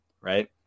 right